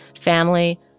family